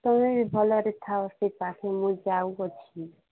ତୁମେ ଭଲରେ ଥାଅ ସେପାଖେ ମୁଁ ଯାଉଅଛି